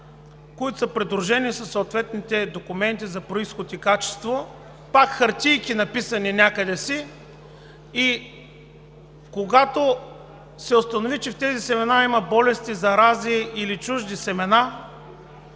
които са придружени със съответните документи за произход и качество – пак написани хартийки някъде си. Когато се установи, че в тези семена има болести, зарази или чужди семена,